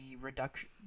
reduction